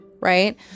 right